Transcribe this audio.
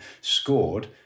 scored